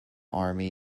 army